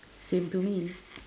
same to me